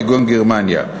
כגון גרמניה.